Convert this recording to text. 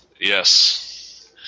Yes